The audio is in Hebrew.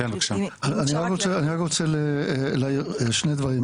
אני רוצה להעיר שני דברים.